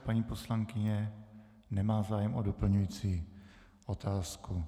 Paní poslankyně nemá zájem o doplňující otázku.